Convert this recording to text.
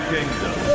Kingdom